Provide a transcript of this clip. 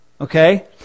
Okay